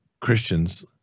Christians